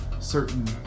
certain